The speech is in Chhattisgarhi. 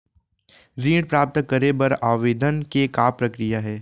ऋण प्राप्त करे बर आवेदन के का प्रक्रिया हे?